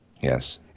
Yes